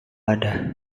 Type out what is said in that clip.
ada